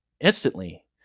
instantly